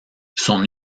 son